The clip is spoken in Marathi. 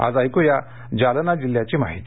आज ऐक्या जालना जिल्ह्याची माहिती